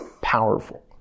powerful